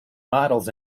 models